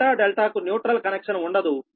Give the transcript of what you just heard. delta delta కు neutral connection ఉండదు